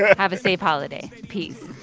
have a safe holiday. peace